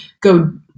go